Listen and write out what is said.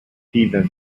kievan